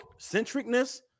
centricness